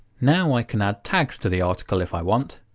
now i can add tags to the article, if i want.